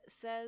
says